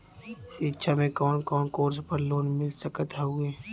शिक्षा मे कवन कवन कोर्स पर लोन मिल सकत हउवे?